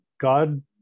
God